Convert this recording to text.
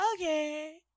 okay